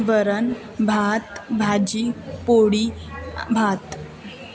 वरण भात भाजी पोळी भात